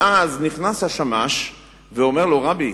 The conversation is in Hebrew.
ואז נכנס השמש, ואומר לו: רבי,